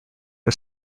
are